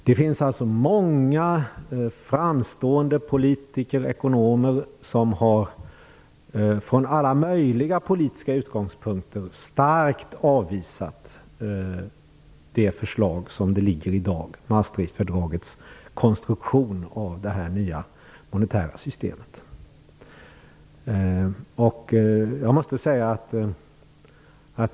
Det finns alltså många framstående politiker och ekonomer som från alla möjliga politiska utgångspunkter starkt har avvisat förslaget, dvs. Maastrichtfördragets konstruktion av det nya monetära systemet, som det ser ut i dag.